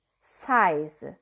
size